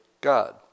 God